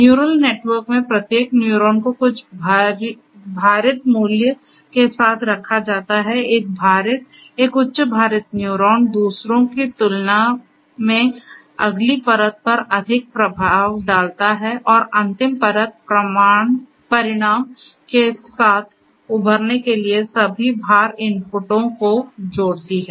neural network में प्रत्येक neuron को कुछ भारित मूल्य के साथ रखा जाता है एक भारित एक उच्च भारित न्यूरॉन दूसरों की तुलना में अगली परत पर अधिक प्रभाव डालता है और अंतिम परत परिणाम के साथ उभरने के लिए सभी भार इनपुटों को जोड़ती है